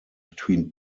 between